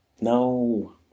No